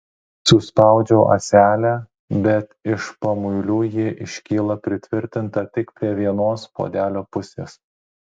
suspaudžiu ąselę bet iš pamuilių ji iškyla pritvirtinta tik prie vienos puodelio pusės